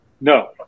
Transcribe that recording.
No